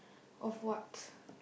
of what